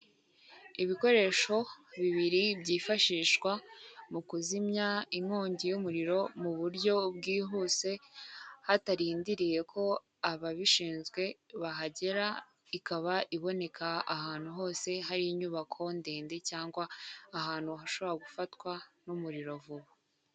Ibikoresho bibiri byifashishwa mu kuzimya inkongi y'umuriro mu buryo bwihuse hatarindiriye ko ababishinzwe bahagera, ikaba iboneka ahantu hose hari inyubako ndende cyangwa ahantu hashobora gufatwa n'umuriro vuba.